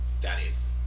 Daddies